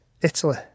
Italy